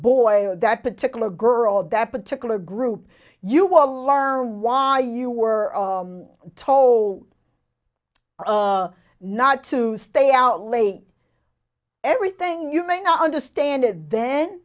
or that particular girl that particular group you will are why you were told not to stay out late everything you may not understand it then